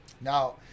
Now